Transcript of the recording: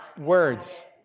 words